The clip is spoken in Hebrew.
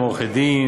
הם עורכי-דין,